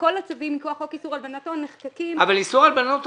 כל הצווים מכוח חוק איסור הלבנת הון נחקקים --- אבל איסור הלבנת